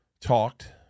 talked